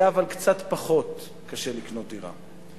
אבל היה קצת פחות קשה לקנות דירה.